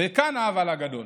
וכאן האבל הגדול,